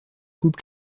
coupe